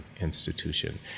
institution